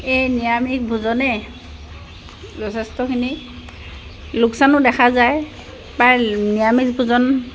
এই নিৰামিষ ভোজনে যথেষ্টখিনি লোকচানো দেখা যায় প্ৰায় নিৰামিষ ভোজন